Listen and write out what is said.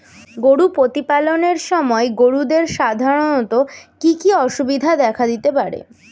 গরু প্রতিপালনের সময় গরুদের সাধারণত কি কি অসুবিধা দেখা দিতে পারে?